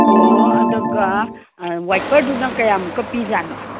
ꯑꯣ ꯑꯗꯨꯒ ꯑꯥ ꯋꯥꯏꯄꯔꯗꯨꯅ ꯀꯌꯥꯃꯨꯛꯀ ꯄꯤꯖꯥꯠꯅꯣ